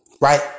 right